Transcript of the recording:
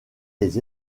les